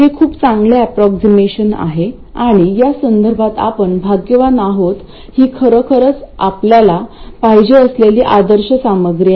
हे खूप चांगले अप्रॉक्सीमेशन आहे आणि या संदर्भात आपण भाग्यवान आहोत ही खरोखरच आपल्याला पाहिजे असलेली आदर्श सामग्री आहे